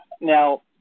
Now